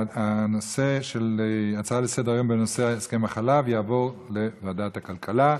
הנושא של הצעה לסדר-היום בנושא החלב יעבור לוועדת הכלכלה.